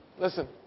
Listen